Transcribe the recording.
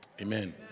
Amen